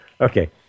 Okay